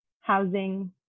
housing